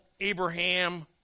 Abraham